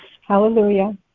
Hallelujah